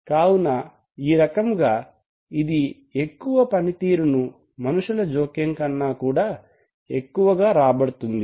కావున ఈ రకముగా ఇది ఎక్కువ పనితీరు ను మనుషుల జోక్యం కన్నా కూడా యెక్కువగా రాబడుతుంది